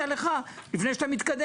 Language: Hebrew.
חברת הכנסת נירה שפק,